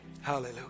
Hallelujah